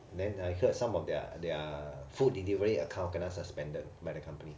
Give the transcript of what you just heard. then I heard some of their their food delivery account kena suspended by the company